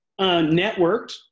networked